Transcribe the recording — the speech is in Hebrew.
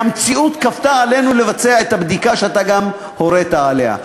והמציאות כפתה עלינו גם לבצע את הבדיקה שאתה הורית עליה.